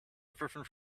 everything